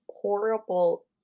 horrible